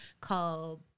called